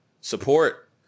Support